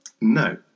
No